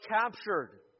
captured